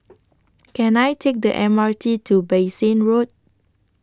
Can I Take The M R T to Bassein Road